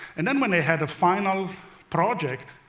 and then, when they had a final project,